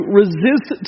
resist